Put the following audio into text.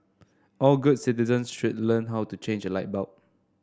all good citizens should learn how to change a light bulb